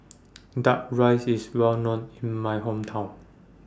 Duck Rice IS Well known in My Hometown